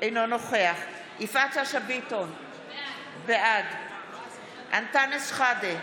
אינו נוכח יפעת שאשא ביטון, בעד אנטאנס שחאדה,